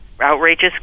outrageous